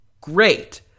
great